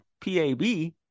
PAB